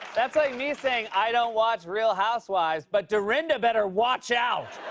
that's like me saying i don't watch real housewives but dorinda better watch out!